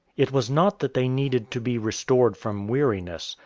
it was not that they needed to be restored from weariness,